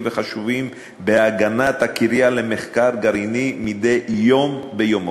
וחשובים בהגנת הקריה למחקר גרעיני מדי יום ביומו,